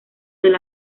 del